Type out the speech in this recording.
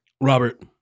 Robert